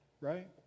right